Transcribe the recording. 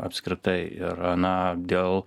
apskritai ir na dėl